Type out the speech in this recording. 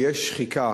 שיש שחיקה